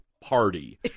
party